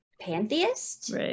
pantheist